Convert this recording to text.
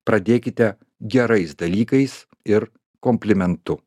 pradėkite gerais dalykais ir komplimentu